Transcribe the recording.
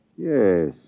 Yes